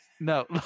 No